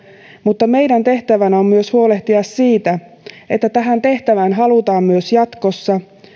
mutta meidän tehtävänämme on myös huolehtia siitä että tähän tehtävään halutaan myös jatkossa